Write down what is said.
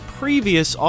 previous